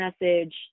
message